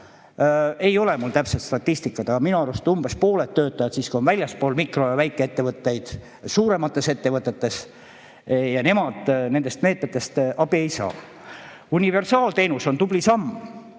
ei ole täpset statistikat, aga minu arust umbes pooled töötajad [on ametis] väljaspool mikro- ja väikeettevõtteid, suuremates ettevõtetes, ja nemad nendest meetmetest abi ei saa. Universaalteenus on tubli samm